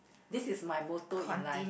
this is my moto in life